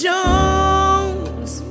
Jones